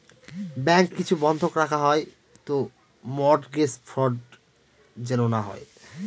bank কিছু বন্ধক রাখা হয় তো মর্টগেজ ফ্রড যেন না হয়